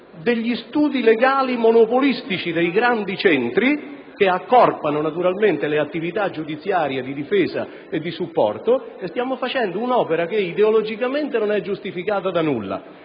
degli studi legali monopolisti dei grandi centri, che accorpano naturalmente le attività giudiziarie di difesa e di supporto, e stiamo realizzando un'opera che ideologicamente non è giustificata da